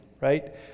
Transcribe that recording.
right